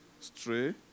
stray